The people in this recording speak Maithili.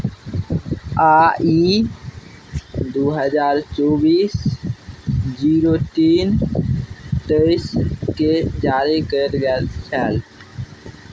आ ई दू हजार चौबीस जीरो तीन तेइसकेँ जारी कयल गेल छल